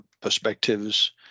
perspectives